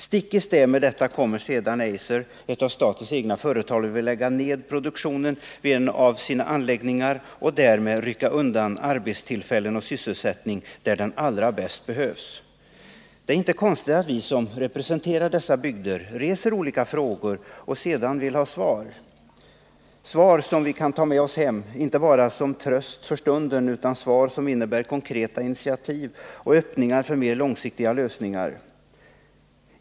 Stick i stäv mot detta kommer sedan Eiser, ett av statens egna företag, och vill lägga ned produktionen vid en av sina anläggningar — och därmed rycka undan arbetstillfällen och sysselsättning där den allra bäst behövs. Det är inte konstigt att vi som representerar dessa bygder reser olika frågor och sedan vill ha svar — inte bara som tröst för stunden, utan svar som vi kan ta med oss hem och som innebär konkreta initiativ och öppningar för mer långsiktiga lösningar.